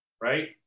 right